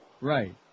Right